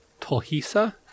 Tolhisa